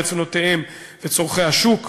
רצונותיהם וצורכי השוק.